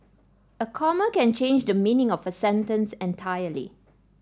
a comma can change the meaning of a sentence entirely